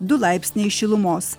du laipsniai šilumos